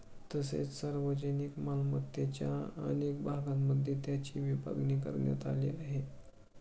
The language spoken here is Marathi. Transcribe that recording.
तसेच सार्वजनिक मालमत्तेच्या अनेक भागांमध्ये त्याची विभागणी करण्यात आली आहे